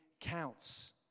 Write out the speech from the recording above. counts